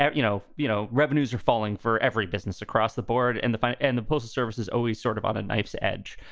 yeah you know. you know, revenues are falling for every business across the board. in and the end, the postal service is always sort of on a knife's edge.